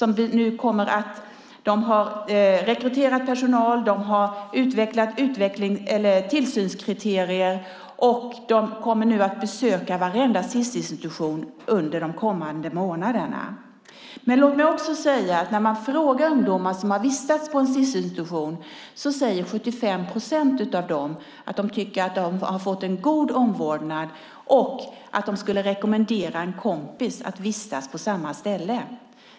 Man har rekryterat personal, man har utvecklat tillsynskriterier och kommer nu att besöka varenda Sisinstitution under de kommande månaderna. Låt mig vidare säga att av ungdomar som har vistats på en Sisinstitution säger 75 procent att de tycker att de har fått en god omvårdnad och att de skulle rekommendera en kompis att vistas på samma ställe.